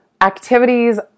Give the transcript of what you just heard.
activities